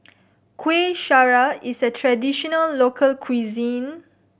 Kueh Syara is a traditional local cuisine